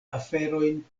aferojn